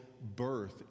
birth